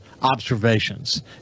observations